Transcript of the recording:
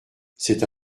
c’est